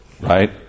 right